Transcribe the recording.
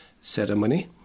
ceremony